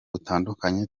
butandukanye